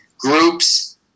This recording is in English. Groups